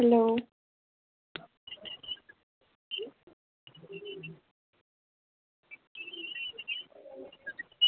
hello